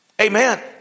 Amen